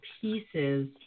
pieces